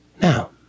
Now